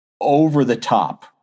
over-the-top